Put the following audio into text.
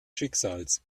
schicksals